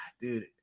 dude